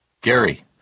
gary